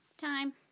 Time